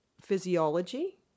physiology